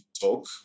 talk